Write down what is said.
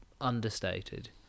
understated